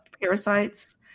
parasites